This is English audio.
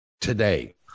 today